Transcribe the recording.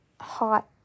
hot